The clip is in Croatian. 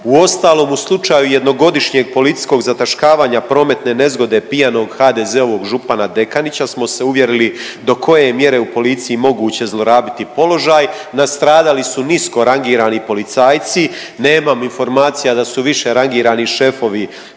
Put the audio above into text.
Uostalom u slučaju jednogodišnjeg policijskog zataškavanja prometne nezgode pijanog HDZ-ovog župana Dekanića smo se uvjerili do koje je mjere u policiji moguće zlorabiti položaj, nastradali su nisko rangirani policajci, nemam informacija da su više rangirani šefovi